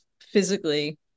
physically